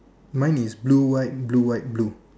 mine is blue white blue white blue